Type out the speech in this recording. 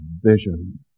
vision